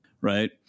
Right